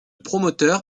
promoteur